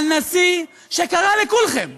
הנשיא שקרא לכולכם טרוריסטים: